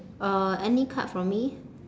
uh any card for me